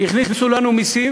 הכניסו לנו מסים